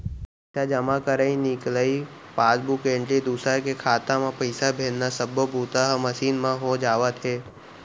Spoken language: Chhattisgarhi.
पइसा जमा करई, निकलई, पासबूक एंटरी, दूसर के खाता म पइसा भेजना सब्बो बूता ह मसीन म हो जावत हे